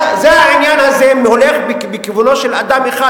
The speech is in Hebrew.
העניין הזה הולך בכיוונו של אדם אחד